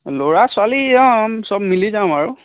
ল'ৰা ছোৱালী অঁ চ'ব মিলি যাম আৰু